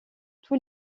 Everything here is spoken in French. tous